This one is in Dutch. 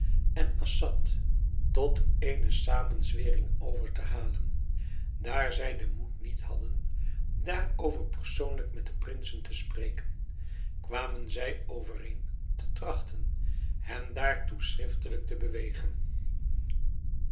en assad tot eene zamenzwering over te halen daar zij den moed niet hadden daarover persoonlijk met de prinsen te spreken kwamen zij overeen te trachten hen daartoe schriftelijk te bewegen